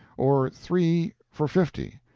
or three for fifty.